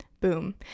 boom